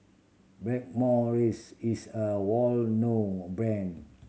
Blackmores is a well known brand